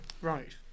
Right